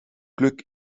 glück